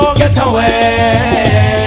getaway